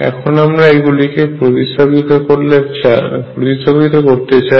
এখন আমরা এগুলিকে প্রতিস্থাপিত করতে চাই